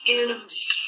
enemy